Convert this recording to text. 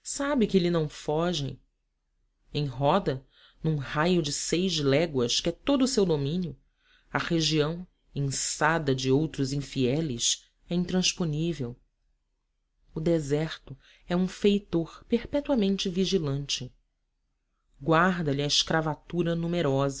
sabe que lhe não fogem em roda num raio de seis léguas que é todo o seu domínio a região inçada de outros infiéis é intransponível o deserto é um feitor perpetuamente vigilante guarda lhe a escravatura numerosa